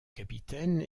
capitaine